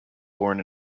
born